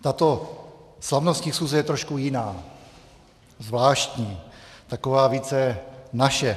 Tato slavnostní schůze je trošku jiná, zvláštní, taková více naše.